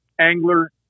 angler